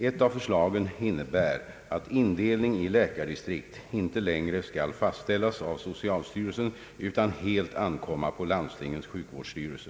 Ett av förslagen innebär att indelning i läkardistrikt inte längre skall fastställas av socialstyrelsen utan helt ankomma på landstingets sjukvårdsstyrelse.